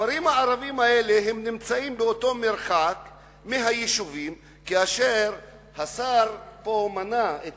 הכפרים הערביים האלה נמצאים באותו מרחק מהיישובים והשר מנה פה את